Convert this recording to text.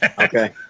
Okay